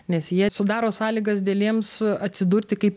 nes jie sudaro sąlygas dėlėms atsidurti kaip